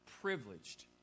privileged